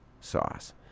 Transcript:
sauce